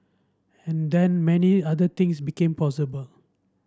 and then many other things became possible